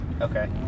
Okay